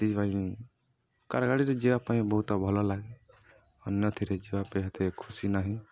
ସେଥିପାଇ କାର ଗାଡ଼ିରେ ଯିବା ପାଇଁ ବହୁତ ଭଲ ଲାଗେ ଅନ୍ୟଥିରେ ଯିବା ପାଇଁ ଏତେ ଖୁସି ନାହିଁ